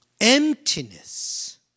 Emptiness